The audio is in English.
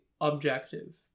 objective